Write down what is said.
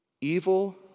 Evil